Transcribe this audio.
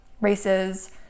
races